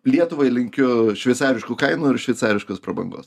lietuvai linkiu šveicariškų kainų ir šveicariškos prabangos